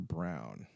Brown